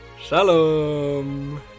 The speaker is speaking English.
Shalom